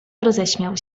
roześmiał